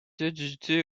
éditée